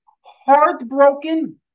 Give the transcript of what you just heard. heartbroken